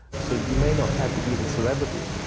so you may not have the easy celebrity,